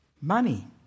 Money